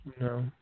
no